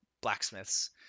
blacksmiths